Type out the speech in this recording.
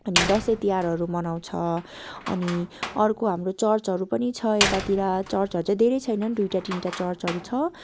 अनि दसैँ तिहारहरू मनाउँछ अनि अर्को हाम्रो चर्चहरू पनि छ यतातिर चर्चहरू चाहिँ धेरै छैनन् दुईवटा तिनवटा चर्चहरू छ